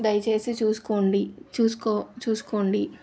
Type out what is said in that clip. దయచేసి చూస్కోండి చూస్కో చూస్కోండి